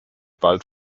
bald